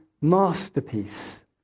masterpiece